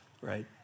Right